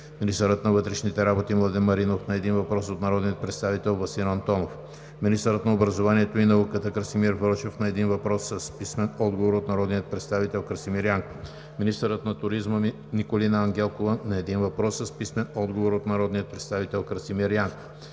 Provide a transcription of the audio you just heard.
министърът на вътрешните работи Младен Маринов – на един въпрос от народния представител Васил Антонов; - министърът на образованието и науката Красимир Вълчев – на един въпрос с писмен отговор от народния представител Красимир Янков; - министърът на туризма Николина Ангелкова – на един въпрос с писмен отговор от народния представител Красимир Янков;